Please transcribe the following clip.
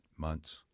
months